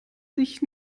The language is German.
sich